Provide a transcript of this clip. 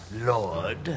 Lord